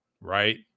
right